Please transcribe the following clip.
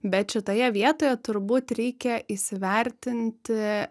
bet šitoje vietoje turbūt reikia įsivertinti